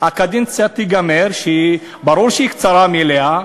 הקדנציה תיגמר, ברור שהיא קצרה, מאליה,